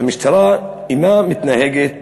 שהמשטרה אינה מתנהגת